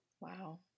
Wow